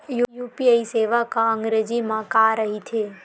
UPI सेवा का अंग्रेजी मा रहीथे?